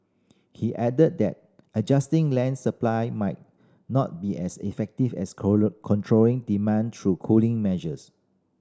he added that adjusting land supply might not be as effective as controlling demand through cooling measures